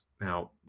Now